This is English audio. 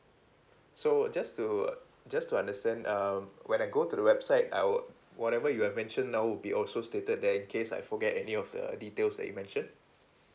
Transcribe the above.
so just to just to understand uh when I go to the website I will whatever you have mentioned now would be also stated there in case I forget any of the details that you mentioned